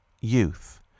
Youth